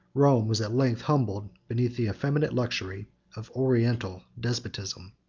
rome was at length humbled beneath the effeminate luxury of oriental despotism.